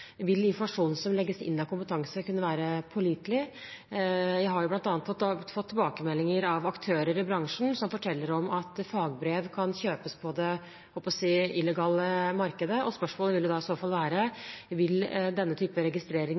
Vil informasjonen som legges inn om kompetanse, være pålitelig? Jeg har bl.a. fått tilbakemeldinger fra aktører i bransjen som forteller om at fagbrev kan kjøpes på – jeg holdt på å si – det illegale markedet. Spørsmålet vil i så fall være: Vil denne typen registrering